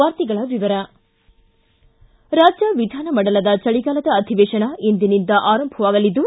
ವಾರ್ತೆಗಳ ವಿವರ ರಾಜ್ಯ ವಿಧಾನಮಂಡಲದ ಚಳಿಗಾಲದ ಅಧಿವೇಶನ ಇಂದಿನಿಂದ ಆರಂಭವಾಗಲಿದ್ದು